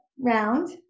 round